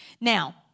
Now